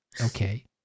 Okay